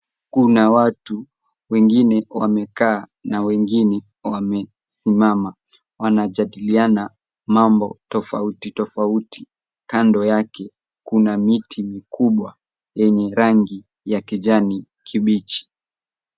Kuna watu wengine wamekaa na wengine wamesimama wanajadiliana mambo tofauti tofauti. Kando yake kuna miti mikubwa yenye rangi ya kijani kibichi.